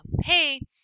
hey